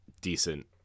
decent